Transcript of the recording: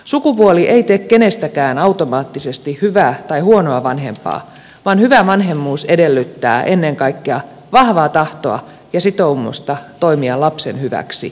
sukupuoli ei tee kenestäkään automaattisesti hyvää tai huonoa vanhempaa vaan hyvä vanhemmuus edellyttää ennen kaikkea vahvaa tahtoa ja sitoumusta toimia lapsen hyväksi aina